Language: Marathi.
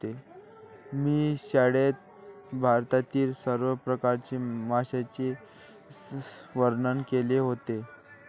मी शाळेत भारतातील सर्व प्रकारच्या माशांचे वर्णन केले होते